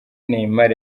neymar